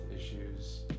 issues